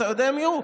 אתה יודע מי הוא?